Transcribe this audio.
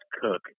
cook